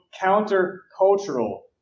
counter-cultural